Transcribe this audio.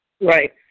Right